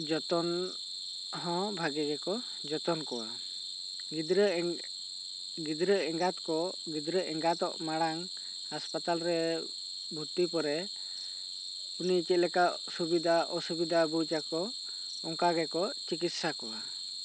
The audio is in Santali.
ᱡᱚᱛᱚᱱ ᱦᱚᱸ ᱵᱷᱟᱹᱜᱤ ᱜᱮᱠᱚ ᱡᱚᱛᱚᱱ ᱠᱚᱣᱟ ᱜᱤᱫᱽᱨᱟᱹ ᱜᱤᱫᱽᱨᱟᱹ ᱮᱸᱜᱟᱛ ᱠᱚ ᱜᱤᱫᱽᱨᱟᱹ ᱮᱸᱜᱟᱛᱚᱜ ᱢᱟᱲᱟᱝ ᱦᱟᱥᱯᱟᱛᱟᱞ ᱨᱮ ᱵᱷᱚᱨᱛᱤ ᱯᱚᱨᱮ ᱩᱱᱤ ᱪᱮᱫ ᱞᱮᱠᱟ ᱥᱩᱵᱤᱫᱟ ᱚᱥᱩᱵᱤᱫᱟ ᱵᱩᱡᱽ ᱟᱠᱚ ᱚᱱᱠᱟ ᱜᱮᱠᱚ ᱪᱤᱠᱤᱥᱥᱟ ᱠᱚᱣᱟ